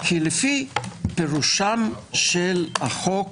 כי לפי פירושם של החוק